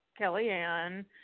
Kellyanne